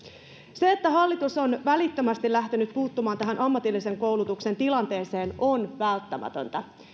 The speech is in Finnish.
se että hallitus on välittömästi lähtenyt puuttumaan tähän ammatillisen koulutuksen tilanteeseen on välttämätöntä kun